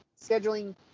scheduling